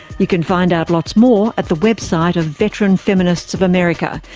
you can find out lots more at the website of veteran feminists of america,